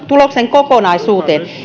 tuloksen kokonaisuuteen